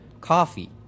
coffee